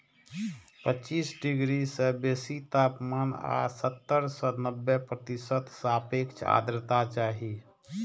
पच्चीस डिग्री सं बेसी तापमान आ सत्तर सं नब्बे प्रतिशत सापेक्ष आर्द्रता चाही